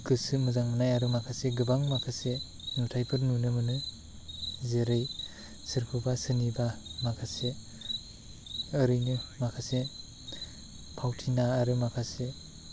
गोसो मोजां मोन्नाय आरो माखासे गोबां माखासे नुथायफोर नुनो मोनो जेरै सोरखौबा सोरनिबा माखासे ओरैनो माखासे फावथिना आरो माखासे